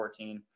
2014